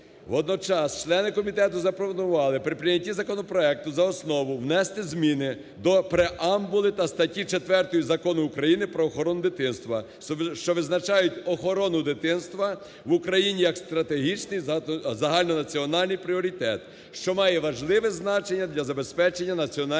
Водночас члени комітету запропонували при прийнятті законопроекту за основу внести зміни до Преамбули та статті 4 Закону України "Про охорону дитинства", що визначають охорону дитинства в Україні як стратегічний загальнонаціональний пріоритет, що має важливе значення для забезпечення національної безпеки